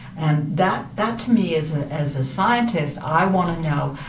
and that that to me, as ah as a scientist, i want to know,